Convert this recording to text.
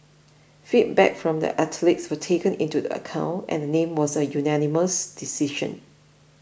feedback from the athletes were taken into the account and name was a unanimous decision